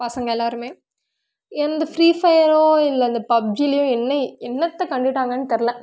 பசங்கள் எல்லாேருமே எந்த ஃப்ரீ ஃபயரோ இல்லை அந்த பப்ஜிலேயோ என்ன என்னத்தை கண்டுகிட்டாங்கன்னு தெரில